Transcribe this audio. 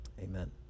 Amen